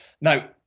Now